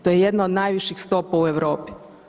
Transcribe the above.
To je jedna od najviših stopa u Europi.